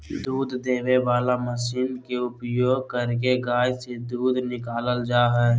दूध देबे वला मशीन के उपयोग करके गाय से दूध निकालल जा हइ